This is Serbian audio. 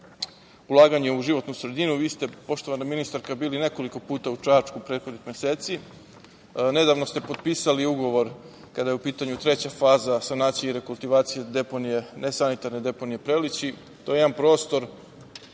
ulaganje u životnu sredinu. Vi ste, poštovana ministarka, bili nekoliko puta u Čačku prethodnih meseci. Nedavno ste potpisali ugovor kada je u pitanju treća faza sanacije i rekultivacije nesanitarne deponije Prelići. To je jedan prostor